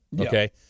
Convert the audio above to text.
Okay